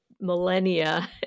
millennia